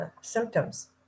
symptoms